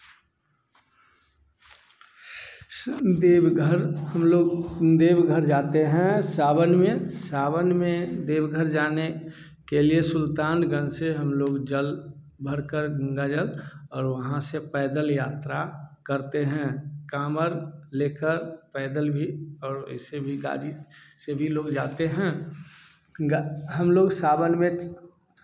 सब देवघर हम लोग देवघर जाते हैं सावन में सावन में देवघर जाने के लिए सुल्तानगंज से हम लोग जल भरकर गंगा जल और वहाँ से पैदल यात्रा करते है काँवर लेकर पैदल भी और ऐसे भी गाड़ी से भी लोग जोते हैं गा हम लोग सावन में